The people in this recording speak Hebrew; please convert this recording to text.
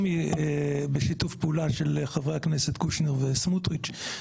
טרומי בשיתוף פעולה של חברי הכנסת קושניר וסמוטריץ'.